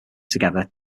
together